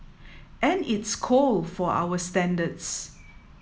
and it's cold for our standards